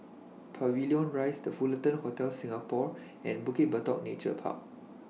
Pavilion Rise The Fullerton Hotel Singapore and Bukit Batok Nature Park